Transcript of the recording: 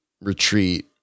retreat